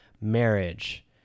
marriage